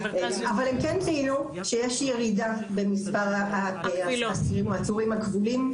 הם כן ציינו שיש ירידה במספר העצורים הכבולים,